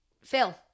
Phil